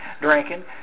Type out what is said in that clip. drinking